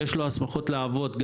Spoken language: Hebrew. יש לו הסמכות לעבוד.